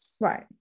right